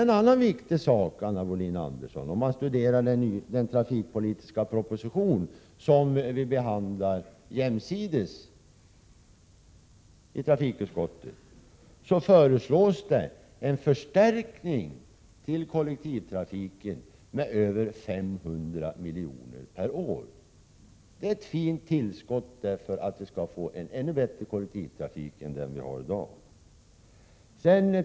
Men en viktig sak som finns med i den trafikpolitiska proposition som vi behandlar jämsides med de här förslagen i trafikutskottet är att det föreslås en förstärkning av anslagen till kollektivtrafiken med över 500 milj.kr. per år. Det är ett fint tillskott för att vi skall få en ännu bättre kollektivtrafik än den vi har i dag.